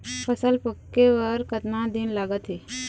फसल पक्के बर कतना दिन लागत हे?